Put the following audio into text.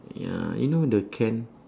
ya you know the can